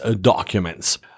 documents